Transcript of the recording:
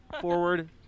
forward